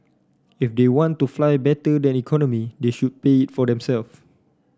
if they want to fly better than economy they should pay for